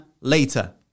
later